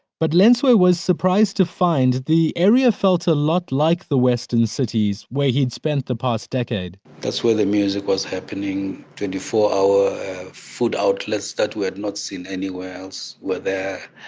but lensway was surprised to find the area felt a lot like the western cities where he'd spent the last decade. that's where the music was happening, twenty four hour food outlets that were not seen anywhere else were there.